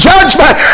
Judgment